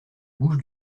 bouche